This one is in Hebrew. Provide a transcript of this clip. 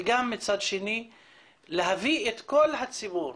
וגם מצד שני להביא את כל הציבור